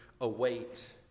await